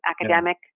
academic